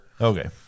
Okay